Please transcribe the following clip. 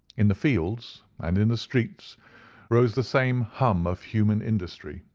in the fields and in the streets rose the same hum of human industry.